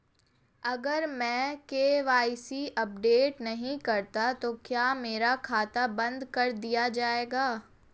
अगर मैं KYC update नहीं करता तो क्या मेरा खाता बंद कर दिया जाएगा?